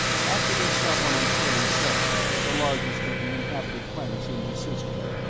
after their stop on antares seven the largest of the inhabited planets in this system,